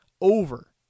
over